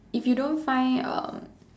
if you don't find um